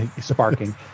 sparking